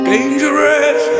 Dangerous